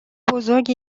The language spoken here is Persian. بزرگ